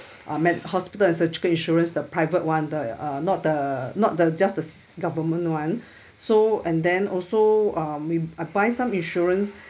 uh me~ hospital and surgical insurance the private [one] the uh not the not the just the government [one] so and then also I mean I buy some insurance